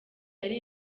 yari